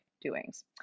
doings